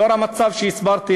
לנוכח המצב שהסברתי,